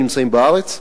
שנמצאים בארץ,